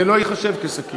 זה לא ייחשב שקית.